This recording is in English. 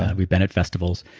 we've been at festivals.